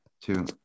Two